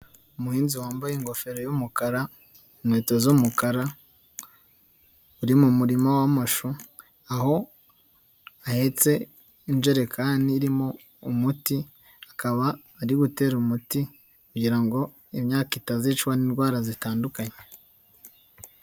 Umuhinzi wambaye ingofero y'umukara, inkweto z'umukara, uri mu murima w'amashu, aho ahetse injerekani irimo umuti, akaba ari gutera umuti kugira ngo imyaka itazicwa n'indwara zitandukanye.